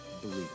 Believe